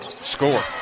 score